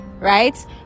right